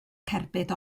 cerbyd